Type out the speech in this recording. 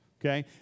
okay